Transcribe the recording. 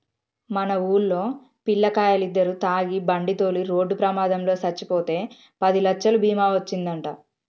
మన వూల్లో పిల్లకాయలిద్దరు తాగి బండితోలి రోడ్డు ప్రమాదంలో సచ్చిపోతే పదిలచ్చలు బీమా ఒచ్చిందంట